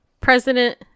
President